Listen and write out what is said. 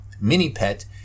mini-pet